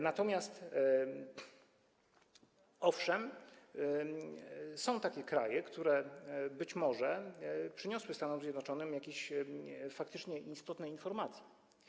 Natomiast, owszem, są takie kraje, które być może przekazały Stanom Zjednoczonym jakieś faktycznie istotne informacje.